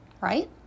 Right